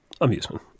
amusement